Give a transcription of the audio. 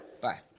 Bye